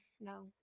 no